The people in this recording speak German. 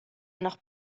noch